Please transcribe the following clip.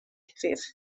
ħfief